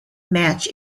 match